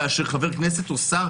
כאשר חבר כנסת או שר,